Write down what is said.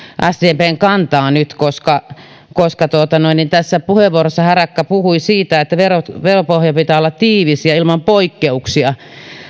sdpn kantaa nyt koska koska tässä puheenvuorossa harakka puhui siitä että veropohjan pitää olla tiivis ja ilman poikkeuksia